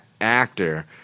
actor –